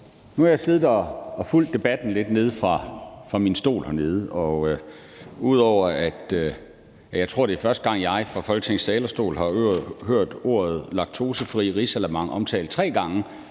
fra min stol siddet og fulgt debatten lidt, og det er jo, ud over at jeg tror, det er første gang, jeg fra Folketingets talerstol har hørt ordet laktosefri risalamande omtalt tre gange